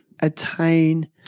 attain